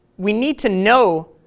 we need to know